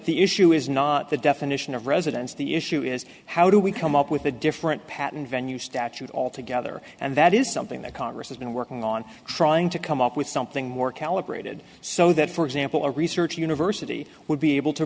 the issue is not the definition of residence the issue is how do we come up with a different patent venue statute altogether and that is something that congress has been working on trying to come up with something more calibrated so that for example a research university would be able to